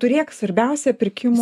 turėk svarbiausia pirkimo